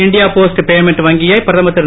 India post payment வங்கியை பிரதமர் திரு